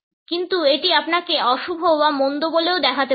কিন্তু এটি আপনাকে অশুভ বা মন্দ বলেও দেখাতে পারে